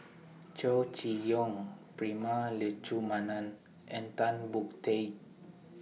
Chow Chee Yong Prema Letchumanan and Tan Boon Teik